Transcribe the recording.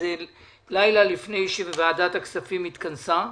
שזה לילה לפני שוועדת הכספים התכנסה.